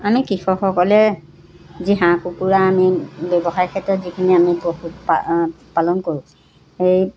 আমি কৃষকসকলে যি হাঁহ কুকুৰা আমি ব্যৱসায় ক্ষেত্ৰত যিখিনি আমি পশু পা পালন কৰোঁ সেই